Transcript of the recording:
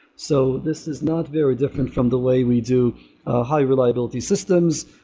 so this is not very different from the way we do high reliability systems,